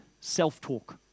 self-talk